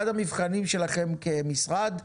אחד המבחנים שלכם כמשרד.